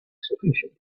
sufficient